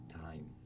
time